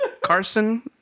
Carson